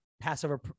Passover